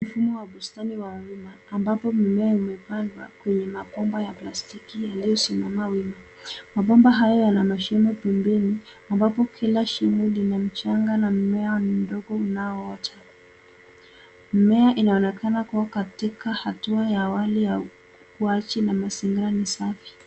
Huu ni bustani ya wima ambapo mimea imepandwa kwenye mabomba ya plastiki iliyosimama wima. Mabomba haya yana mashimo pembeni ambapo kila shimo lina mchanga na mmea mdogo unaoota. Mmea inaonekana kuwa katika hatua ya ukuaji na mazingira ni safi.